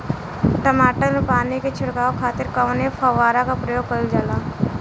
टमाटर में पानी के छिड़काव खातिर कवने फव्वारा का प्रयोग कईल जाला?